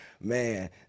Man